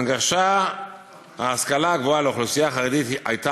הנגשת ההשכלה הגבוהה לאוכלוסייה החרדית הייתה